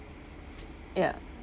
ya